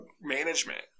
management